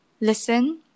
listen